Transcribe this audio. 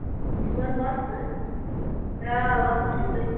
تُہۍ چھِو حظ وۄستہٕ کرٛال وۄستہٕ چھِو تُہۍ